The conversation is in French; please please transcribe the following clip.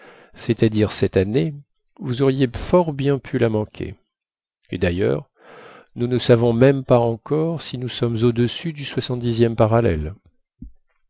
c'est-à-dire cette année vous auriez fort bien pu la manquer et d'ailleurs nous ne savons même pas encore si nous sommes au-dessus du soixante dixième parallèle